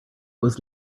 was